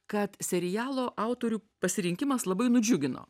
kad serialo autorių pasirinkimas labai nudžiugino